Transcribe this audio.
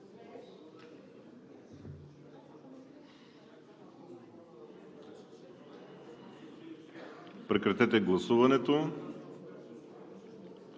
Прекратете гласуването.